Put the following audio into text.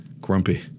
Grumpy